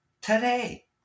Today